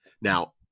Now